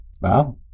Wow